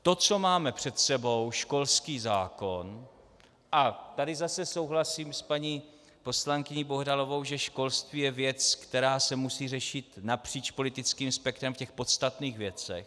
To, co máme před sebou, školský zákon a tady zase souhlasím s paní poslankyní Bohdalovou, že školství je věc, která se musí řešit napříč politickým spektrem v těch podstatných věcech.